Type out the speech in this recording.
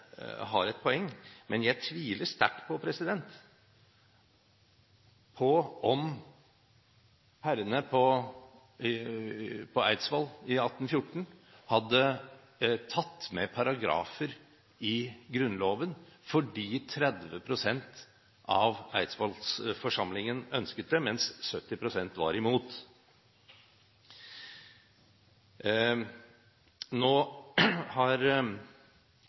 har et poeng, men jeg tviler sterkt på at herrene på Eidsvoll i 1814 hadde tatt med paragrafer i Grunnloven fordi 30 pst. av Eidsvollsforsamlingen ønsket det, mens 70 pst. var imot. Nå har